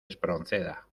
espronceda